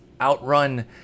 outrun